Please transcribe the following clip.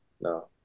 no